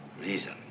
Reason